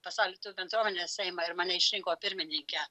pasaulio lietuvių bendruomenės seimą ir mane išrinko pirmininke